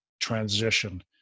transition